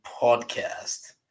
podcast